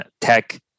tech